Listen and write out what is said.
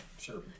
Sure